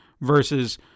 versus